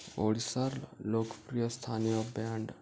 ଓଡ଼ିଶାର୍ ଲୋକ୍ପ୍ରିୟ ସ୍ଥାନୀୟ ବ୍ୟାଣ୍ଡ୍